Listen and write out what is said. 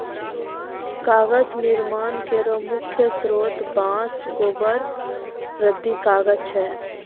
कागज निर्माण केरो मुख्य स्रोत बांस, गोबर, रद्दी कागज छै